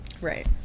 Right